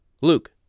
Luke